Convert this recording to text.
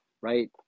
right